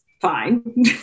fine